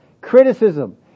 criticism